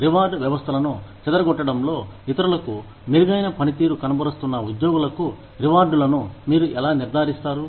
reward వ్యవస్థలను చెదరగొట్టడంలో ఇతరులకు మెరుగైన పనితీరు కనబరుస్తున్నఉద్యోగులకు రివార్డులను మీరు ఎలా నిర్ధారిస్తారు